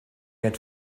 had